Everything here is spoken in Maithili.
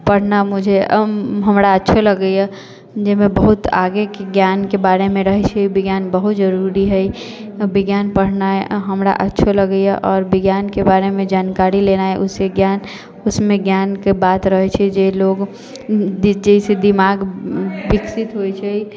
पढ़ना मुझे हमरा अच्छो लगैया जाहिमे बहुत आगेके ज्ञानके बारेमे रहैत छै विज्ञान बहुत जरुरी हइ विज्ञान पढ़नाइ हमरा अच्छो लगैया आओर विज्ञानके बारेमे जानकारी लेनाइ ओहिसँ ज्ञान ओहिमे ज्ञानके बात रहैत छै जे लोक जाहिसँ दिमाग विकसित होइत छै